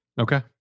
okay